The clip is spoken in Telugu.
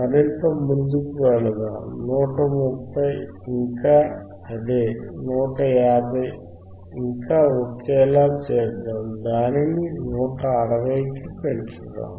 మరింత ముందుకు వెళ్దాం 130 ఇంకా అదే 150 ని ఇంకా ఒకేలా చేద్దాం దానిని 160 కి పెంచుకుందాం